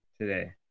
today